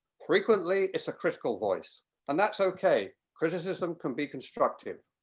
frequently it's a critical voice and that is okay. criticism can be constructive.